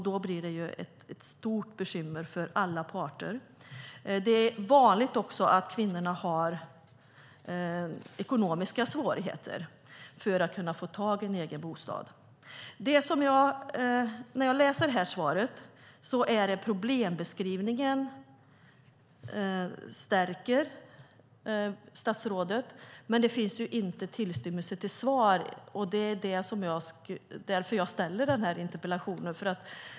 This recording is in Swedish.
Då blir det ett stort bekymmer för alla parter. Det är vanligt att kvinnorna har ekonomiska svårigheter att få tag i en egen bostad. I svaret läser jag att statsrådet stärker problembeskrivningen, men det finns inte tillstymmelse till svar på interpellationen.